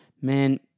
man